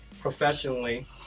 professionally